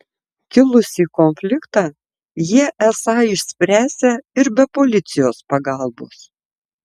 kilusį konfliktą jie esą išspręsią ir be policijos pagalbos